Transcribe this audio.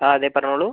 ആ അതെ പറഞ്ഞോളൂ